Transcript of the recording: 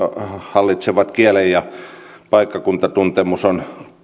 hallitsevat kielen ja paikkakuntatuntemus on